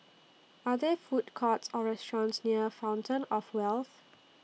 Are There Food Courts Or restaurants near Fountain of Wealth